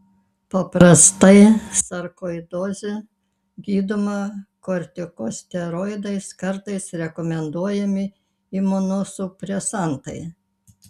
paprastai sarkoidozė gydoma kortikosteroidais kartais rekomenduojami imunosupresantai